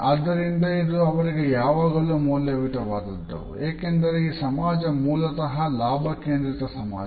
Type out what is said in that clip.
ಆದ್ದರಿಂದ ಇದು ಅವರಿಗೆ ಯಾವಾಗಲೂ ಮೌಲ್ಯಯುತವಾದುದು ಏಕೆಂದರೆ ಈ ಸಮಾಜ ಮೂಲತಹ ಲಾಭ ಕೇಂದ್ರಿತ ಸಮಾಜ